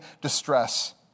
distress